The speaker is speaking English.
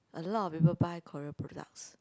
a lot of people buy Korea products